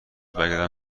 برگردم